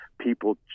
people